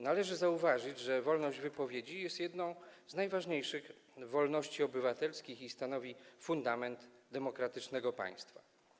Należy zauważyć, że wolność wypowiedzi jest jedną z najważniejszych wolności obywatelskich i stanowi fundament demokratycznego państwa.